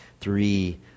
three